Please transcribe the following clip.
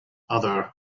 other